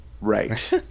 Right